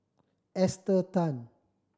Esther Tan